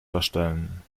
verstellen